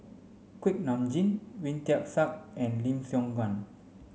Kuak Nam Jin Wee Tian Siak and Lim Siong Guan